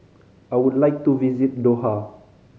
I would like to visit Doha